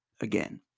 again